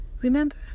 Remember